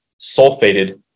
sulfated